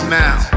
now